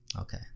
Okay